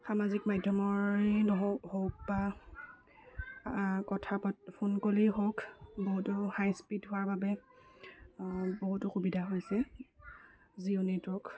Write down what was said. সামাজিক মাধ্যমৰেই নহ হওক বা কথা ফোন কলেই হওক বহুতো হাই স্পীড হোৱাৰ বাবে বহুতো অসুবিধা হৈছে জিঅ' নেটৱৰ্ক